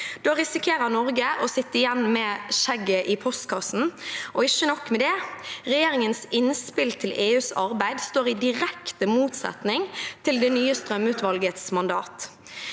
Da risikerer Norge å sitte igjen med skjegget i postkassen. Ikke nok med det: Regjeringens innspill til EUs arbeid står i direkte motsetning til det nye strømutvalgets mandat.